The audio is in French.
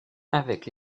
avec